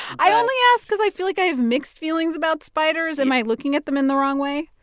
i only ask because i feel like i have mixed feelings about spiders. am i looking at them in the wrong way?